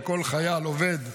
שכל חייל שעובד באמ"ן,